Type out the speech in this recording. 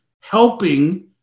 helping